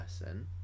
person